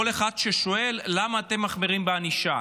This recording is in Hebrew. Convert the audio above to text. כל אחד ששואל, למה אתם מחמירים בענישה.